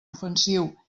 ofensiu